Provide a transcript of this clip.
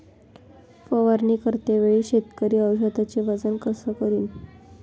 फवारणी करते वेळी शेतकरी औषधचे वजन कस करीन?